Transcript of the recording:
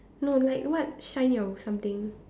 no like what shine or something